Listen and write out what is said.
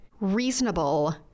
reasonable